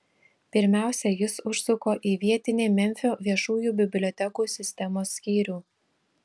pirmiausia jis užsuko į vietinį memfio viešųjų bibliotekų sistemos skyrių